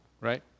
right